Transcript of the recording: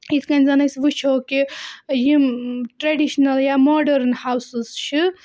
یِتھ کٔنۍ زَنہٕ أسۍ وٕچھو کہِ یِم ٹرٛیڈِشنَل یا ماڈٲرٕن ہاوسٕز چھِ